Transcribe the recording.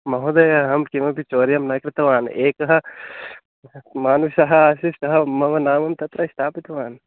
महोदयः अहं किमपि चौर्यं न कृतवान् एकः मनुष्यः आसीत् सः मम नामं तत्र स्त्थापितवान्